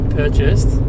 purchased